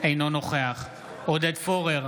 אינו נוכח עודד פורר,